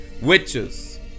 witches